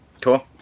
Cool